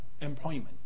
employment